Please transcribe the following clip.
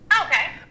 Okay